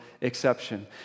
exception